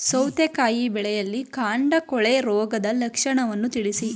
ಸೌತೆಕಾಯಿ ಬೆಳೆಯಲ್ಲಿ ಕಾಂಡ ಕೊಳೆ ರೋಗದ ಲಕ್ಷಣವನ್ನು ತಿಳಿಸಿ?